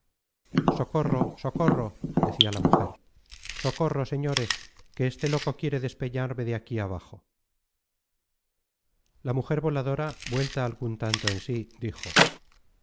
socorro socorro decia la mujer socorro señores que este loco quiere despeñarme de aquí abajo la mujer voladora vuelta algun tanto en sí dijo